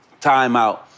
Timeout